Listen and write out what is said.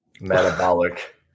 Metabolic